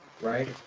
right